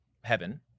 heaven